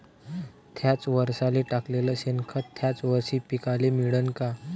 थ्याच वरसाले टाकलेलं शेनखत थ्याच वरशी पिकाले मिळन का?